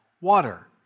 water